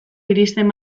iristen